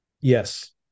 Yes